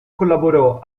collaborò